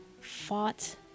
fought